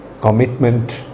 commitment